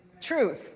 truth